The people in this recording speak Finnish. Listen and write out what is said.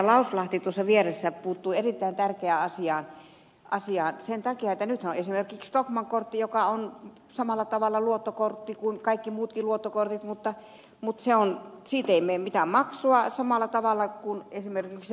lauslahti tuossa vieressä puuttui erittäin tärkeään asiaan sen takia että nythän on esimerkiksi stockmann kortti joka on samalla tavalla luottokortti kuin kaikki muutkin luottokortit mutta siitä ei mene mitään maksua kuten ei myöskään esimerkiksi s kortista